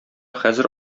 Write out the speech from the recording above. хәзер